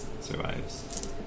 survives